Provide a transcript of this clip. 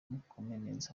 mukomereze